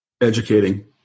educating